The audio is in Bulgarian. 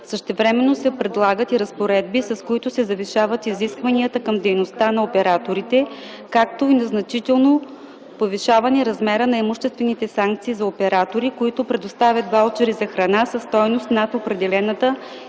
Същевременно се предлагат и разпоредби, с които се завишават изискванията към дейността на операторите, както и значително повишаване размера на имуществените санкции за оператори, които предоставят ваучери за храна със стойност над определената